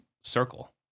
circle